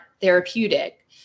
therapeutic